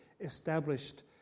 established